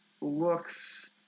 looks